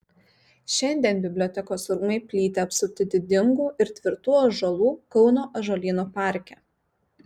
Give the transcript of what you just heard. šiandien bibliotekos rūmai plyti apsupti didingų ir tvirtų ąžuolų kauno ąžuolyno parke